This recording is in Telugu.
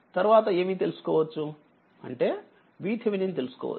తర్వాత ఏమి తెలుసుకోవచ్చు అంటే VThevenin తెలుసుకోవచ్చు